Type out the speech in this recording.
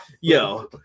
Yo